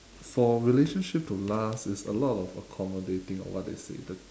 for relationship to last it's a lot of accommodating or what they say the